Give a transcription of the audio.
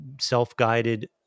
self-guided